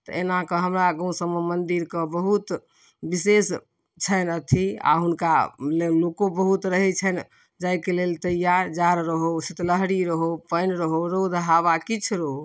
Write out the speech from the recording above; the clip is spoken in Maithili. तऽ एना कऽ हमरा गाँव सभमे मन्दिर कऽ बहुत बिशेष छनि अथी आ हुनका ले लोको बहुत रहैत छनि जाइ कऽ लेल तैआर जाड़ रहौ शितलहरी रहौ पानि रहौ रौद हवा किछु रहौ